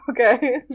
Okay